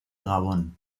gabón